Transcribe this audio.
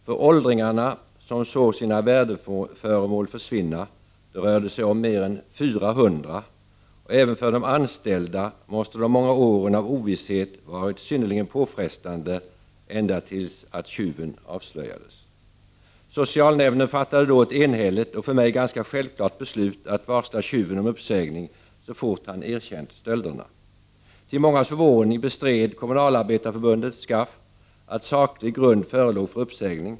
För åldringarna som såg sina värdeföremål försvinna — det rörde sig om mer än 400 föremål — och även för de anställda måste de många åren av ovisshet varit synnerligen påfrestande ända till dess tjuven avslöjades. Socialnämnden fattade då ett enhälligt, och för mig ganska självklart, beslut att varsla tjuven om uppsägning så fort han erkänt stölderna. Till mångas förvåning bestred Kommunalarbetareförbundet, SKAF, påståendet att saklig grund förelåg för uppsägning.